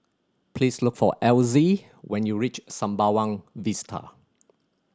please look for Elzy when you reach Sembawang Vista